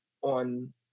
on